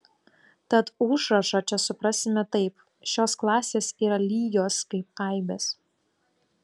tad užrašą čia suprasime taip šios klasės yra lygios kaip aibės